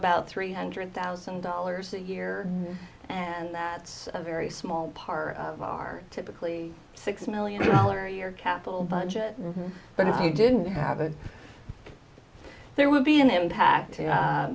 about three hundred thousand dollars a year and that's a very small part of our typically six million dollar a year capital budget but if you didn't have a there would be an impact